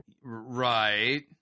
Right